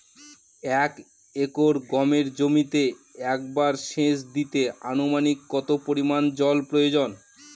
এক একর গমের জমিতে একবার শেচ দিতে অনুমানিক কত পরিমান জল প্রয়োজন?